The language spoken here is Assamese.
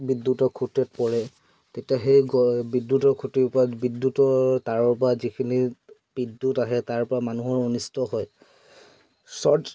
বিদ্যুতৰ খুঁটিত পৰে তেতিয়া সেই গ বিদ্যুতৰ খুঁটিৰ পৰা বিদ্যুতৰ তাঁৰৰ পৰা যিখিনি বিদ্যুত আহে তাৰপৰা মানুহৰ অনিষ্ট হয় শ্বৰ্ট